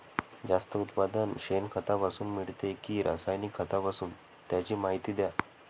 जास्त उत्पादन शेणखतापासून मिळते कि रासायनिक खतापासून? त्याची माहिती द्या